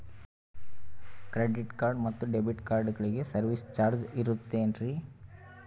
Credit card ಮತ್ತು debit ಕಾರ್ಡಗಳಿಗೆ service charge ಇರುತೇನ್ರಿ?